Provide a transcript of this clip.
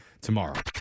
tomorrow